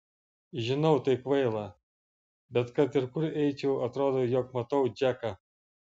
žinau tai kvaila bet kad ir kur eičiau atrodo jog matau džeką